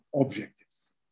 objectives